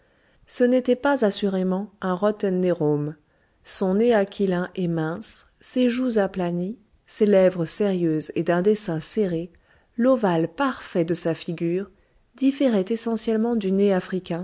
ce n'était pas assurément un rot en ne rôme son nez aquilin et mince ses joues aplanies ses lèvres sérieuses et d'un dessin serré l'ovale parfait de sa figure différaient essentiellement du nez